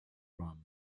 rum